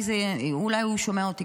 אולי הוא שומע אותי,